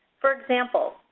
for example,